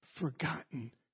forgotten